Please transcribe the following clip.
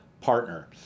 partner